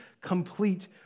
complete